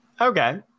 Okay